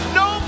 no